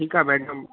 ठीकु आहे मैडम